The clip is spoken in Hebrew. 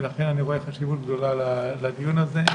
ולכן אני רואה חשיבות גדולה לדיון הזה.